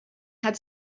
had